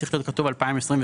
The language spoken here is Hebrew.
צריך להיות כתוב 2023,